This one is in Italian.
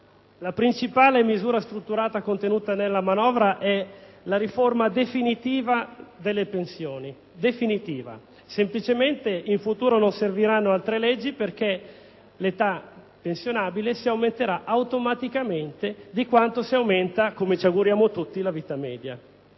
La principale misura strutturale contenuta nella manovra è la riforma definitiva delle pensioni. È una riforma definitiva: semplicemente, in futuro non serviranno altre leggi, perché l'età pensionabile aumenterà automaticamente di quanto aumenta - come tutti ci auguriamo - la vita media.